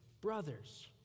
brothers